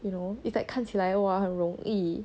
you know it's like 看起来 !wah! 很容易